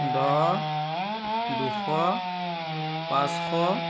দহ দুশ পাঁচশ